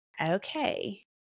okay